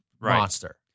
monster